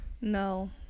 No